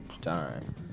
dime